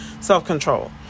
self-control